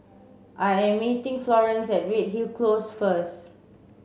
I am meeting Florance at Redhill Close first